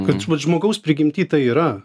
kad vat žmogaus prigimty tai yra